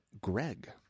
greg